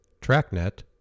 TrackNet